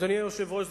אדוני היושב-ראש,